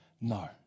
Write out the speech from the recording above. no